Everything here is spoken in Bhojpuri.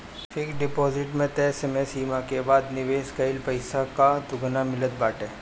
फिक्स डिपोजिट में तय समय सीमा के बाद निवेश कईल पईसा कअ दुगुना मिलत बाटे